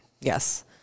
Yes